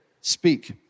speak